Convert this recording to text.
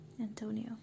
Antonio